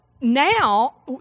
Now